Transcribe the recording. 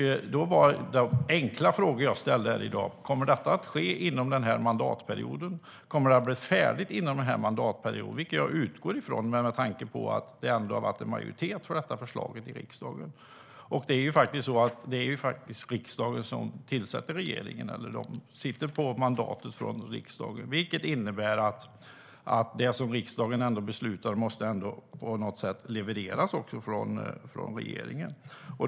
De enkla frågor jag ställde här i dag var om detta kommer att ske inom den här mandatperioden och om det kommer att bli färdigt inom den här mandatperioden, vilket jag utgår ifrån med tanke på att det ändå har funnits en majoritet för detta förslag i riksdagen. Regeringen sitter faktiskt på ett mandat från riksdagen, vilket innebär att det som riksdagen beslutar om på något sätt måste levereras från regeringen.